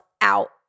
out